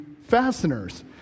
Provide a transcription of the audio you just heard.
fasteners